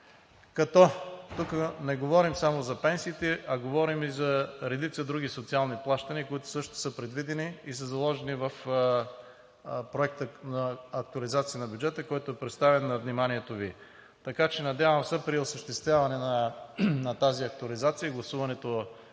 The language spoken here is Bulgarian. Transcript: тук не говорим само за пенсиите, а говорим и за редица други социални плащания, които също са предвидени и са заложени в Проекта на актуализация на бюджета, който е представен на вниманието Ви. Така че, надявам се, при осъществяване на тази актуализация и гласуването